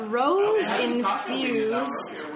rose-infused